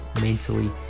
mentally